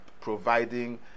providing